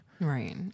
Right